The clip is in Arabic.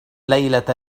ليلة